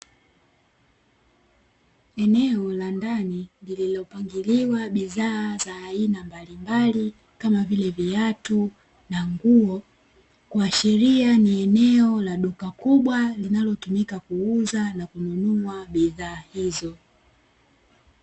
Eneo la ndani lililopangiliwa bidhaa za aina mbalimbali kama vile viatu na nguo, kuashiria ni eneo la duka kubwa linalotumika kuuza na kununua bidhaa hizo.